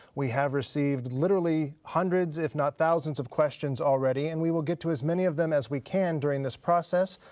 we have received literally hundreds if not thousands of questions already and we will get to as many of them as we can during this process,